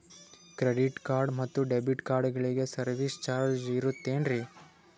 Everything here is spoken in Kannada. ಕ್ರೆಡಿಟ್ ಕಾರ್ಡ್ ಮತ್ತು ಡೆಬಿಟ್ ಕಾರ್ಡಗಳಿಗೆ ಸರ್ವಿಸ್ ಚಾರ್ಜ್ ಇರುತೇನ್ರಿ?